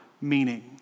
meaning